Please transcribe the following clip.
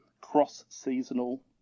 cross-seasonal